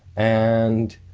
and,